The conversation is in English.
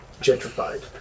gentrified